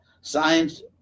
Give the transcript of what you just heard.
Science